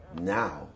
now